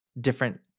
different